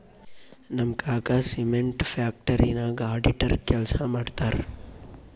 ನಮ್ ಕಾಕಾ cement factory ನಾಗ್ ಅಡಿಟರ್ ಕೆಲ್ಸಾ ಮಾಡ್ತಾರ್